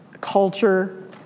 culture